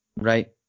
right